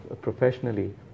professionally